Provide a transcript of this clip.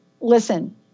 Listen